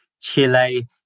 Chile